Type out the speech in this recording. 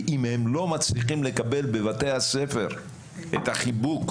ואם הם לא מצליחים לקבל בבתי הספר את החיבוק,